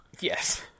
Yes